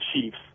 Chiefs